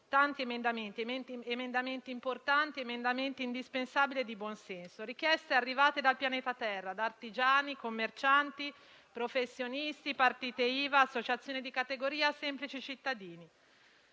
tanti emendamenti. Emendamenti importanti, indispensabili e di buon senso. Richieste arrivate dal pianeta Terra, da artigiani, commercianti, professionisti, partite IVA, associazioni di categoria, semplici cittadini.